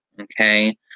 Okay